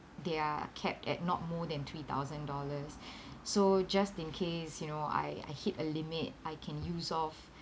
they are capped at not more than three thousand dollars so just in case you know I I hit a limit I can use off